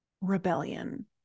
rebellion